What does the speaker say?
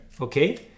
okay